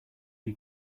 you